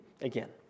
again